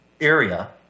area